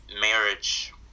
marriage